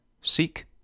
seek